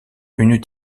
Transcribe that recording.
une